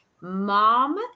mom